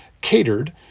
catered